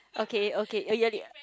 okay okay I get it